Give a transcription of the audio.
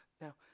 Now